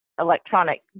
electronic